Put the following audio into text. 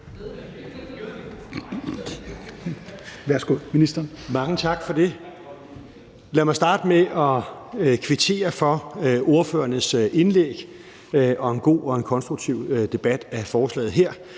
Mange tak for det. Lad mig starte med at kvittere for ordførernes indlæg og for en god og konstruktiv debat af forslaget her.